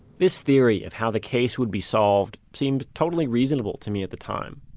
this theory of how the case would be solved seemed totally reasonable to me at the time.